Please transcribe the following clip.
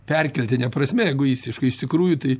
perkeltine prasme egoistiškai iš tikrųjų tai